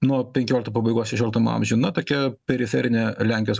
nuo penkiolikto pabaigos šešioliktam amžiuj na tokia periferinė lenkijos